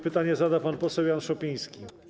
Pytanie zada pan poseł Jan Szopiński.